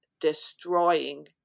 destroying